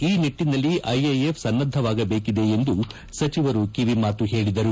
ಈ ನಿಟ್ಟನಲ್ಲಿ ಐಎಎಫ್ ಸನ್ನದ್ಗವಾಗಬೇಕಿದೆ ಎಂದು ಸಚಿವರು ಕಿವಿಮಾತು ಹೇಳಿದರು